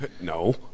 No